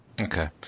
Okay